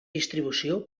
distribució